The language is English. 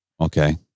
okay